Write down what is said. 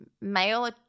male